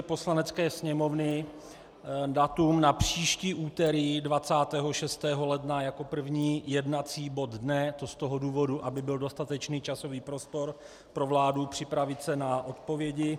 Poslanecké sněmovny datum na příští úterý 26. ledna jako první jednací bod dne, a to z toho důvodu, aby byl dostatečný časový prostor pro vládu připravit se na odpovědi.